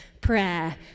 prayer